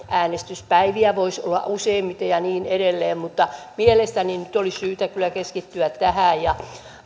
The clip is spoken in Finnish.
äänestyspäiviä voisi olla useampia ja niin edelleen mielestäni nyt olisi syytä kyllä keskittyä tähän ja